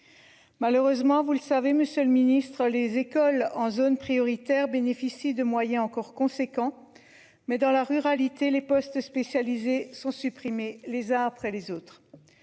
Malheureusement, vous le savez Monsieur le Ministre, les écoles en zone prioritaire bénéficient de moyens encore conséquent. Mais dans la ruralité les postes spécialisés sont supprimés les uns après les autres.